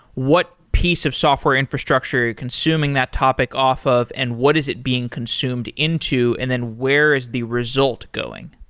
what piece of software infrastructure consuming that topic off of and what is it being consumed into and then where is the result going?